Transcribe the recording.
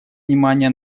внимание